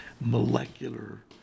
molecular